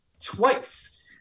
twice